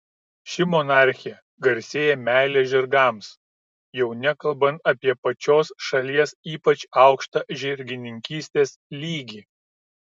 ši monarchė garsėja meile žirgams jau nekalbant apie pačios šalies ypač aukštą žirgininkystės lygį